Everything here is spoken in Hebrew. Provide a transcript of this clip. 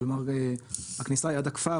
כלומר הכניסה היא עד הכפר,